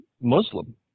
Muslim